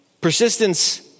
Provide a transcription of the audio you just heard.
Persistence